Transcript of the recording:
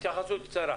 התייחסות קצרה.